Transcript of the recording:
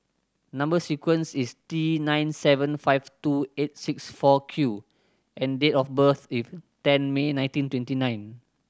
number sequence is T nine seven five two eight six four Q and date of birth is ten May nineteen twenty nine